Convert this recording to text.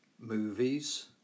movies